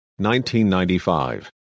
1995